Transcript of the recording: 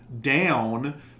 down